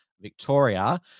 Victoria